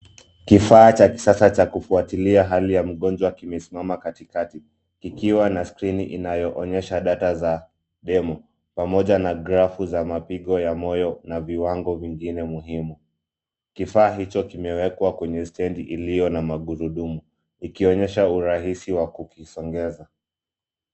Kifaa cha kisasa cha kufuatilia hali ya mgonjwa kimesimama katikati kikiwa na skrini inayoonyesha data za demo pamoja na grafu za mapigo ya moyo na viwango vingine muhimu. Kifaa hicho kimewekwa kwenye stendi iliyo na magurudumu ikionyesha urahisi wa kukisongeza.